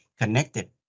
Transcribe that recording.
connected